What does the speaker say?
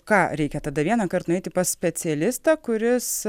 ką reikia tada vienąkart nueiti pas specialistą kuris